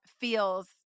feels